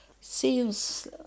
seems